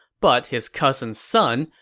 but his cousin's son,